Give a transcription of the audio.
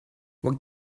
what